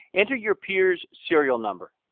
enter your peer's serial number.